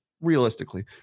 Realistically